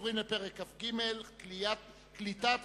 עוברים להסתייגות מס'